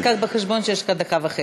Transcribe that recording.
רק תיקח בחשבון שיש לך דקה וחצי,